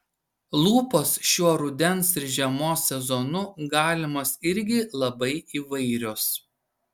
lūpos šiuo rudens ir žiemos sezonu galimos irgi labai įvairios